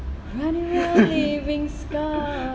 running around and leaving scar